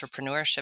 entrepreneurship